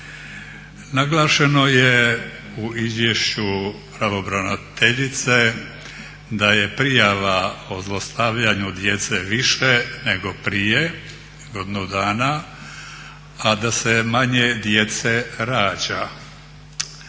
Naglašeno je u izvješću pravobraniteljice da je prijava o zlostavljanju djece više nego prije godinu dana, a da se manje djece rađa.